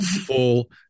full